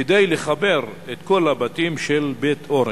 כדי לחבר את כל הבתים של בית-אורן.